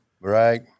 Right